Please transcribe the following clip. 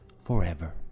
forever